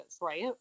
right